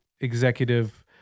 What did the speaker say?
executive